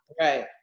Right